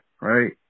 right